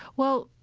well,